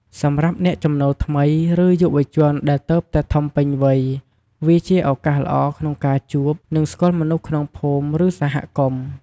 សម្រាប់អ្នកចំណូលថ្មី ឬយុវជនដែលទើបតែធំពេញវ័យ វាជាឱកាសល្អក្នុងការជួប និងស្គាល់មនុស្សក្នុងភូមិ ឬសហគមន៍។